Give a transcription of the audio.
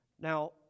Now